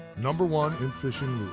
number one in fishing